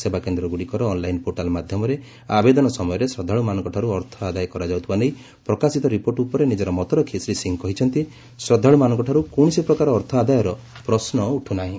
ସେବାକେନ୍ଦ୍ରଗୁଡ଼ିକର online portal ମାଧ୍ୟମରେ ଆବେଦନ ସମୟରେ ଶ୍ରଦ୍ଧାଳୁମାନଙ୍କଠାରୁ ଅର୍ଥ ଆଦାୟ କରାଯାଉଥିବା ନେଇ ପ୍ରକାଶିତ ରିପୋର୍ଟ ଉପରେ ନିଜର ମତ ରଖି ଶ୍ରୀ ସିଂ କହିଛନ୍ତି ଶ୍ରଦ୍ଧାଳୁମାନଙ୍କଠାରୁ କୌଣସି ପ୍ରକାର ଅର୍ଥ ଆଦାୟର ପ୍ରଶ୍ନ ଉଠୁନାହିଁ